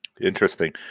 Interesting